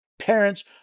parents